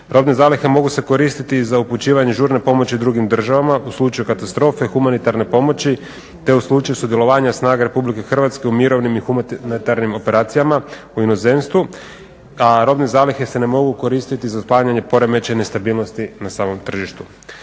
Robne zalihe mogu se koristiti za upućivanje žurne pomoći drugim državama u slučaju katastrofe, humanitarne pomoći te u slučaju sudjelovanja snaga RH u mirovnim i humanitarnim operacijama u inozemstvu a robne zalihe se ne mogu koristiti za zaustavljanje poremećene stabilnosti na samom tržištu.